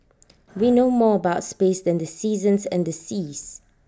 we know more about space than the seasons and the seas